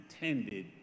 intended